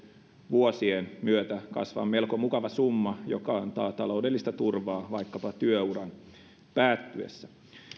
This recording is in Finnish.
vuosien myötä kasvaa melko mukava summa joka antaa taloudellista turvaa vaikkapa työuran päättyessä